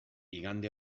igande